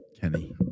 Kenny